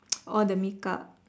orh the makeup